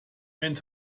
and